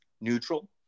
neutral